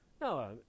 No